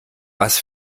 was